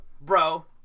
bro